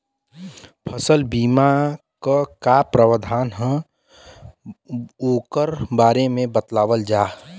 फसल बीमा क का प्रावधान हैं वोकरे बारे में बतावल जा?